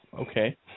okay